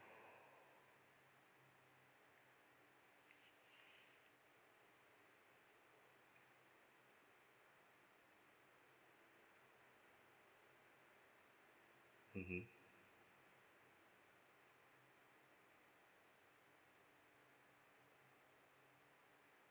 mmhmm